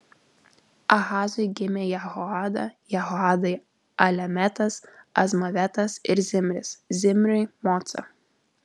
ahazui gimė jehoada jehoadai alemetas azmavetas ir zimris zimriui moca